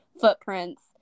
footprints